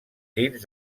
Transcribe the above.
dins